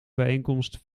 bijeenkomst